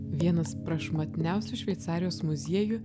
vienas prašmatniausių šveicarijos muziejų